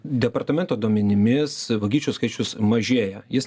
departamento duomenimis vagysčių skaičius mažėja jis